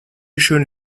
schön